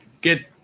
get